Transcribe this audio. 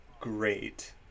Great